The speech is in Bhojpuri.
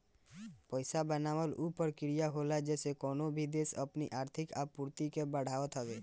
पईसा बनावल उ प्रक्रिया होला जेसे कवनो भी देस अपनी आर्थिक आपूर्ति के बढ़ावत हवे